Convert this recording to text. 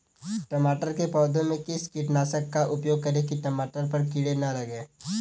टमाटर के पौधे में किस कीटनाशक का उपयोग करें कि टमाटर पर कीड़े न लगें?